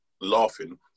laughing